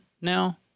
now